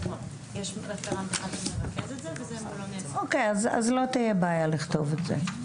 אוקיי, אז לא תהיה בעיה לכתוב את זה.